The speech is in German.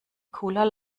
cooler